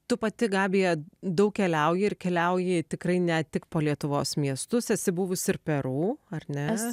tu pati gabija daug keliauji ir keliauji tikrai ne tik po lietuvos miestus esi buvus ir peru ar ne